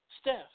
Steph